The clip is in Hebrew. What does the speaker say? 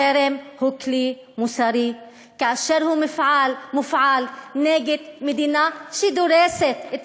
החרם הוא כלי מוסרי כאשר הוא מופעל נגד מדינה שדורסת את